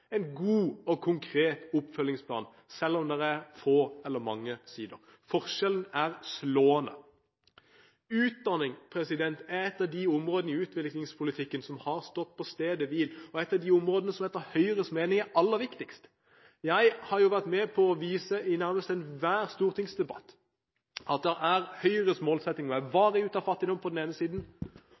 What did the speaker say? selv om det er få eller mange sider. Forskjellen er slående. Utdanning er et av de områdene i utviklingspolitikken som har stått på stedet hvil, og er et av de områdene som etter Høyres mening er aller viktigst. Jeg har vært med på, i nærmest enhver stortingsdebatt, å vise at Høyres målsetting er: varig ut av fattigdom på den ene siden